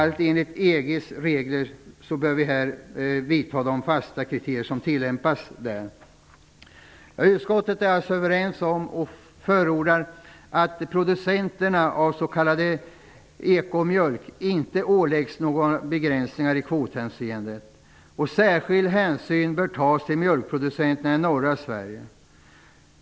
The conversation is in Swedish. Vi bör här tillämpa de fasta kriterier som gäller enligt EG:s regler. Utskottet är överens om och förordar att producenterna av s.k. ekomjölk inte åläggs några begränsningar i kvothänseende. Särskild hänsyn bör tas till mjölkproducenterna i norra Sverige.